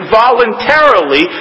voluntarily